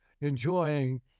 enjoying